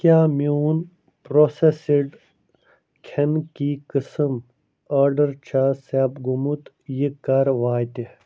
کیٛاہ میٛون پرٛوسیٚسرڈ کھٮ۪نٕکی قٕسٕم آرڈر چھا سیپ گوٚومُت یہِ کَر واتہِ